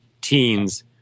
teens